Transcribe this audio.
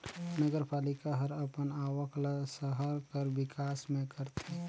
नगरपालिका हर अपन आवक ल सहर कर बिकास में करथे